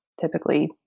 typically